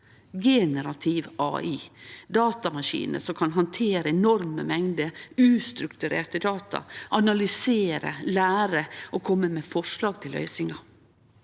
generativ KI. Det er datamaskinar som kan handtere enorme mengder ustrukturerte data, analysere, lære og kome med forslag til løysingar.